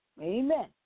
Amen